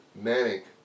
manic